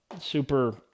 super